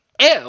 ew